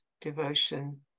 devotion